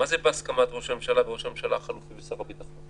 מה זה "בהסכמת ראש הממשלה וראש הממשלה החלופי ושר הביטחון"?